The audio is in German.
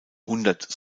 hundert